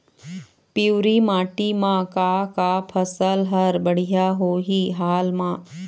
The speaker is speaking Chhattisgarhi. पिवरी माटी म का का फसल हर बढ़िया होही हाल मा?